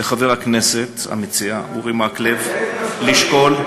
לחבר הכנסת המציע אורי מקלב לשקול,